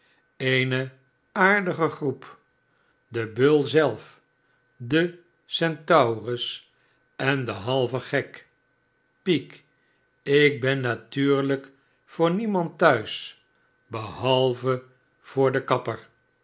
eene aardige groep de beul zelf de centaurus en de halve gtk peak ik ben natuurlijk voor niemand thuis behalve voor den kapper